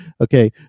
okay